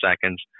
seconds